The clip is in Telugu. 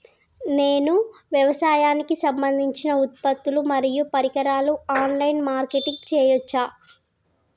నేను వ్యవసాయానికి సంబంధించిన ఉత్పత్తులు మరియు పరికరాలు ఆన్ లైన్ మార్కెటింగ్ చేయచ్చా?